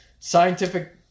scientific